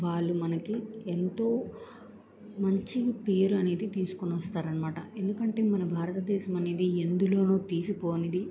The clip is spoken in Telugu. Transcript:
వాళ్ళు మనకి ఎంతో మంచిగా పేరు అనేది తీసుకుని వస్తారనమాట ఎందుకంటే మన భారతదేశం అనేది ఎందులోను తీసిపోనిది